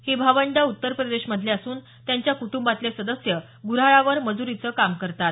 ही भावंडं उत्तर प्रदेशमधले असून त्यांच्या कुटंबातले सदस्य गुऱ्हाळावर मजुरीचं काम करतात